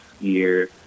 year